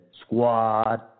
Squad